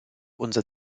unser